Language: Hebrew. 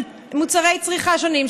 את כל העלויות של מוצרי צריכה שונים,